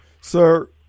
Sir